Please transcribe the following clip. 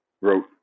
wrote